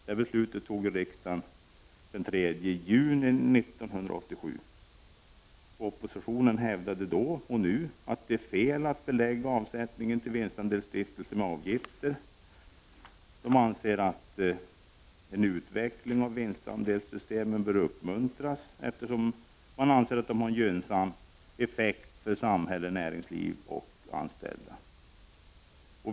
Riksdagen fattade beslut i den frågan den 3 juni 1987. Oppositionen hävdade då, liksom nu, att det är fel att belägga avsättningen till vinstandelsstiftelser med avgifter. Den anser att en utveckling av vinstandelssystem bör uppmuntras eftersom de har gynnsamma effekter för samhälle, näringsliv och anställda.